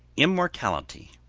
immortality,